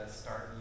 start